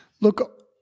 Look